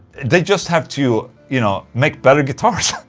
they just have to. you know, make better guitars.